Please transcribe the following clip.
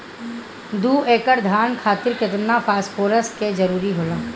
दु एकड़ धान खातिर केतना फास्फोरस के जरूरी होला?